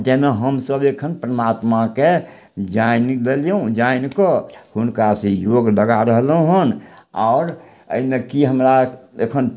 जेना हमसब एखन परमात्माके जानि गेलहुँ जानिके हुनकासँ योग बढ़ा रहलहुँ हन आओर अइमे की हमरा एखन